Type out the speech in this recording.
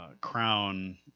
crown